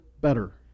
better